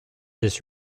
this